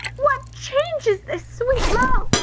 what change is this, sweet love?